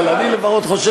אבל אני חושב